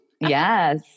Yes